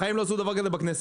בחיים לא עשו דבר כזה בכנסת.